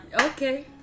okay